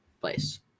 place